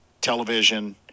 television